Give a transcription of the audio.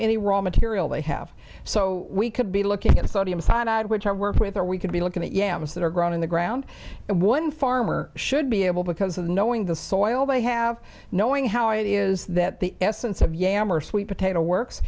a row material they have so we could be looking at sodium cyanide which i work with or we could be looking at yams that are grown in the ground and one farmer should be able because of knowing the soil they have knowing how it is that the essence of yammer sweet potato works